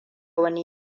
wani